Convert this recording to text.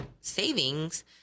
savings